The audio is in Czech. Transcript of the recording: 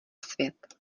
svět